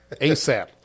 ASAP